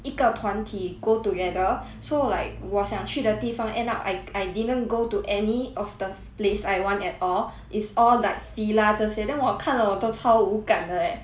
一个团体 go together so like 我想去的地方 end up I I didn't go to any of the place I want at all is all like Fila 这些 then 我看了我都超无感的 eh